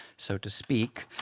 so to speak,